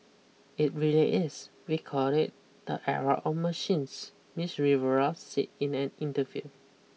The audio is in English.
it really is we call it the era of machines Miss Rivera said in an interview